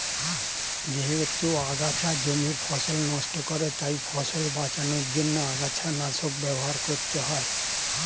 যেহেতু আগাছা জমির ফসল নষ্ট করে তাই ফসল বাঁচানোর জন্য আগাছানাশক ব্যবহার করতে হয়